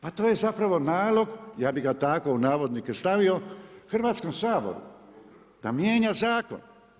Pa to je zapravo nalog, ja bi ga tako u navodnike stavio Hrvatskom saboru, da mijenja zakon.